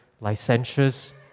licentious